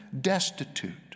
destitute